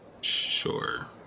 Sure